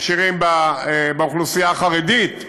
מכשירים באוכלוסייה החרדית,